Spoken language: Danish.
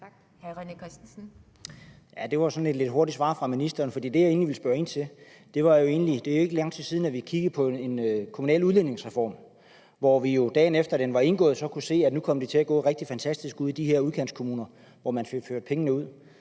et lidt hurtigt svar fra ministeren, fordi det, jeg egentlig ville spørge ind til, var, at det ikke er lang tid siden, vi kiggede på en kommunal udligningsreform, hvor vi jo, dagen efter at den var indgået, så kunne se, at nu kom det til at gå rigtig fantastisk ude i de her udkantskommuner, hvor man fik pengene